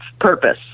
purpose